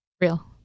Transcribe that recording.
Real